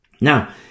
Now